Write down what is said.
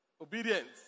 Obedience